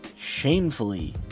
shamefully